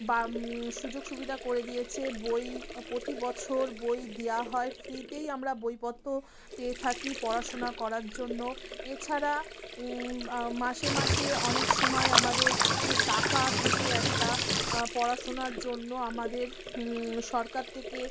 বা সুযোগ সুবিধা করে দিয়েছে বই প্রতিবছর বই দেওয়া হয় ফ্রিতেই আমরা বইপত্র পেয়ে থাকি পড়াশুনা করার জন্য এছাড়া মাসে মাসে অনেক সময় আমাদের যে টাকা ঢোকে একটা পড়াশুনার জন্য আমাদের সরকার থেকে